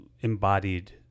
embodied